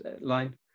line